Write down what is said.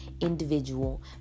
individual